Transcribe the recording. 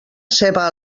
ceba